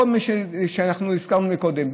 כל מי שאנחנו הזכרנו קודם,